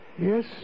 Yes